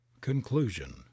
Conclusion